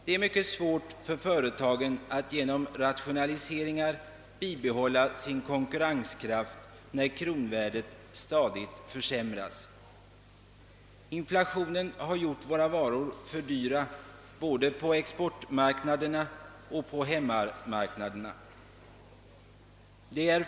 Det är mycket svårt för företagen att genom rationaliseringar bibehålla sin konkurrenskraft, när kronvärdet stadigt försämras. Inflationen har gjort våra varor för dyra både på exportmarknaden och på hemmamarknaden.